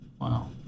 Wow